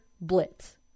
Blitz